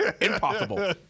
Impossible